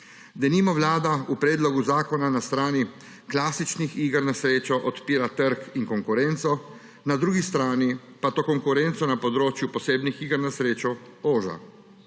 Denimo, Vlada v predlogu zakona na strani klasičnih iger na srečo odpira trg in konkurenco, na drugi strani pa to konkurenco na področju posebnih iger na srečo oži,